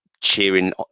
cheering